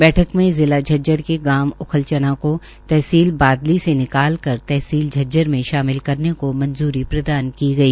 बैठक में जिला झज्जर के गांव उखलचना को तहसील बादली से निकालकर तहसील झज्जर में शामिल करने को मंजूरी प्रदान की गई